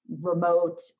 remote